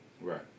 Right